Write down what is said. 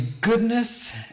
goodness